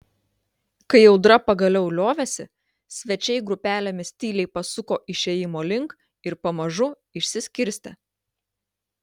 kai audra pagaliau liovėsi svečiai grupelėmis tyliai pasuko išėjimo link ir pamažu išsiskirstė